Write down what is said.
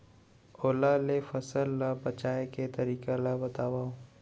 ओला ले फसल ला बचाए के तरीका ला बतावव?